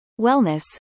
wellness